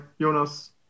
Jonas